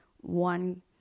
one